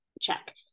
Check